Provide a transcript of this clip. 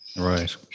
Right